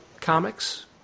comics